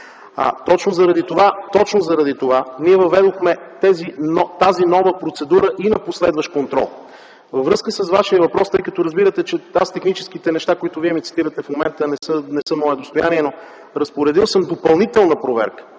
Точно заради това ние въведохме тази нова процедура и на последващ контрол. Във връзка с Вашия въпрос – тъй като разбирате, че аз техническите неща, които Вие ми цитирате в момента, не са мое достояние, но съм разпоредил допълнителна проверка